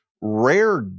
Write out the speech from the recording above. rare